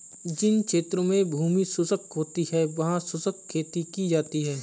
जिन क्षेत्रों में भूमि शुष्क होती है वहां शुष्क खेती की जाती है